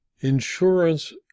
Insurance